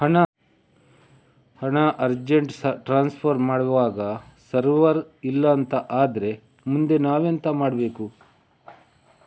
ಹಣ urgent transfer ಮಾಡ್ವಾಗ server ಇಲ್ಲಾಂತ ಆದ್ರೆ ಮುಂದೆ ನಾವೆಂತ ಮಾಡ್ಬೇಕು?